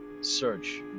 search